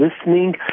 listening